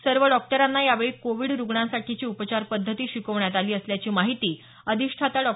सर्व डॉक्टरांना यावेळी कोविड रुग्णांसाठीची उपचार पद्धती शिकवण्यात आली असल्याची माहिती अधिष्ठाता डॉ